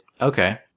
Okay